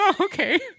okay